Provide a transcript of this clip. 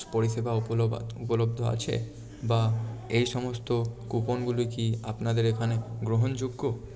পরিষেবা উপলব্ধ আছে বা এই সমস্ত কুপনগুলি কি আপনাদের এখানে কি গ্রহণযোগ্য